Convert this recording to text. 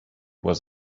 was